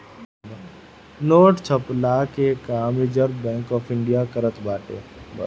note छ्पला कअ काम रिजर्व बैंक ऑफ़ इंडिया करत बाटे